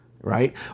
right